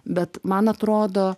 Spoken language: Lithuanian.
bet man atrodo